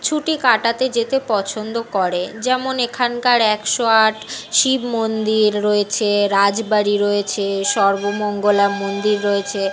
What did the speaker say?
ছুটি কাটাতে যেতে পছন্দ করে যেমন এখানকার একশো আট শিব মন্দির রয়েছে রাজবাড়ি রয়েছে সর্বমঙ্গলা মন্দির রয়েছে